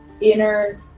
inner